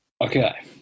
Okay